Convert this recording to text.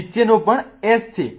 નીચેનો પણ S છે